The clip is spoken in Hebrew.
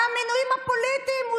הרי המינויים הפוליטיים, הוא